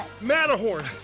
matterhorn